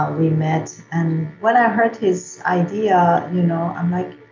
um we met, and when i heard his idea you know i'm like,